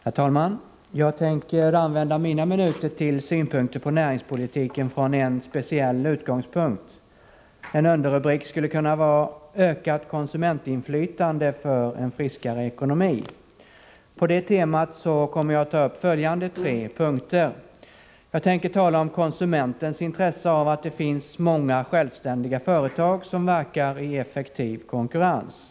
Herr talman! Jag tänker använda mina minuter till synpunkter på näringspolitiken från en speciell utgångspunkt. En underrubrik skulle kunna vara: Ökat konsumentinflytande för en friskare ekonomi. På det temat kommer jag att ta upp följande tre punkter: Oo Jag tänker tala om konsumentens intresse av att det finns många självständiga företag som verkar i effektiv konkurrens.